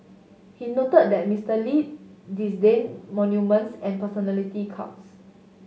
he noted that Mister Lee disdained monuments and personality cults